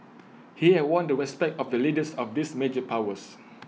he had won the respect of the leaders of these major powers